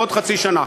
בעוד חצי שנה,